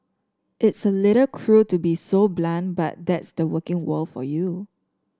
it's a little cruel to be so blunt but that's the working world for you